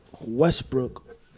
Westbrook